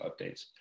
updates